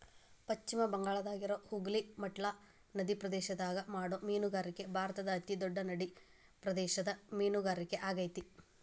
ಪಶ್ಚಿಮ ಬಂಗಾಳದಾಗಿರೋ ಹೂಗ್ಲಿ ಮಟ್ಲಾ ನದಿಪ್ರದೇಶದಾಗ ಮಾಡೋ ಮೇನುಗಾರಿಕೆ ಭಾರತದ ಅತಿ ದೊಡ್ಡ ನಡಿಪ್ರದೇಶದ ಮೇನುಗಾರಿಕೆ ಆಗೇತಿ